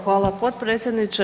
Hvala potpredsjedniče.